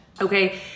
okay